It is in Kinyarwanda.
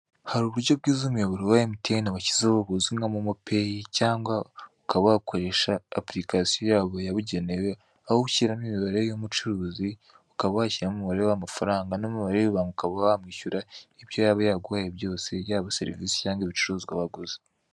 Hari uburyo bwiza umuyoboro wa emutiyeni washyizeho buzwi nka momo peyi cyangwa ukaba wakoresha apulikasiyo ya bo yabugenewe, aho ushyiramo imibare y'umucuruzi ukaba washyiramo umubare w'amafaranga n'umubare w'ibanga ukaba wamwishyura ibyo yaba yaguhaye byose yaba serivise cyangwa ibicuruzwa waguze.